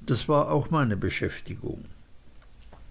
das war auch meine beschäftigung